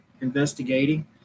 investigating